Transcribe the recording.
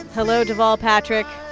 hello, deval patrick.